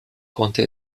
konnte